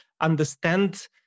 understand